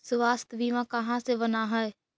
स्वास्थ्य बीमा कहा से बना है?